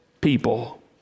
people